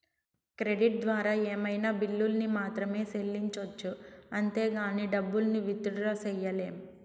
credit ద్వారా ఏమైనా బిల్లుల్ని మాత్రమే సెల్లించొచ్చు అంతేగానీ డబ్బుల్ని విత్ డ్రా సెయ్యలేం